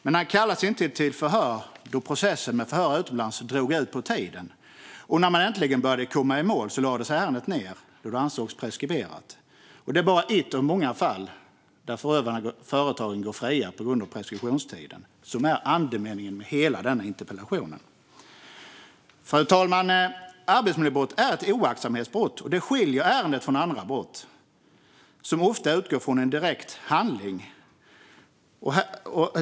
Men han kallades inte till förhör då processen med förhör utomlands drog ut på tiden. När man äntligen började komma i mål lades ärendet ned. Det ansågs preskriberat. Det är bara ett av många fall där företagen går fria på grund av preskriptionstiden. Det är andemeningen med hela denna interpellation. Fru talman! Arbetsmiljöbrott är ett oaktsamhetsbrott. Det skiljer det från andra brott som ofta utgår från en direkt handling.